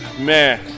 man